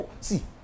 see